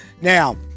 Now